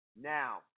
Now